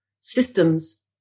systems